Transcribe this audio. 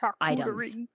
items